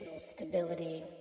stability